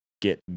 get